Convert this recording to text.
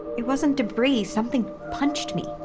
it wasn't debris, something punched me!